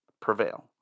prevail